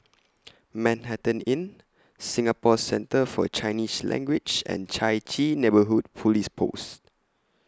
Manhattan Inn Singapore Centre For Chinese Language and Chai Chee Neighbourhood Police Post